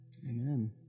Amen